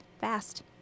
fast